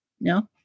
No